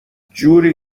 جوری